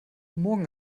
morgen